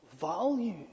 value